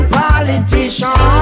politician